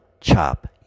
chop